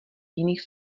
jiných